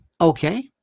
okay